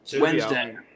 Wednesday